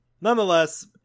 Nonetheless